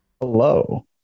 Hello